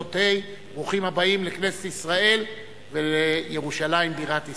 ברוכים הבאים לכנסת ישראל ולירושלים בירת ישראל.